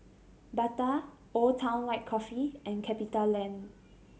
Bata Old Town White Coffee and CapitaLand